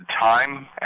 time